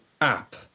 app